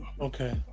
Okay